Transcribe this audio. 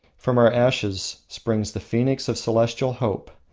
from our ashes springs the phoenix of celestial hope,